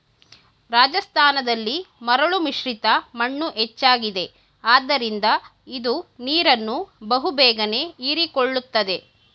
ರಾಜಸ್ಥಾನದಲ್ಲಿ ಮರಳು ಮಿಶ್ರಿತ ಮಣ್ಣು ಹೆಚ್ಚಾಗಿದೆ ಆದ್ದರಿಂದ ಇದು ನೀರನ್ನು ಬಹು ಬೇಗನೆ ಹೀರಿಕೊಳ್ಳುತ್ತದೆ